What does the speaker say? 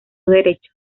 derecho